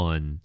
One